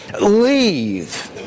Leave